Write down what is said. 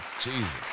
jesus